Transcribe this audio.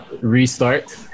restart